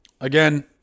Again